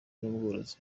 n’ubworozi